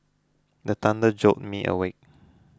the thunder jolt me awake